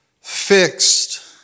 fixed